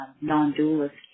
non-dualist